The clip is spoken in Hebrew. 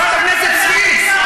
חברת הכנסת סויד,